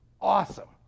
awesome